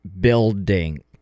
building